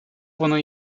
воно